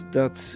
dat